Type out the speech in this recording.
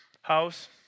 house